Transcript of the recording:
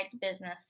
business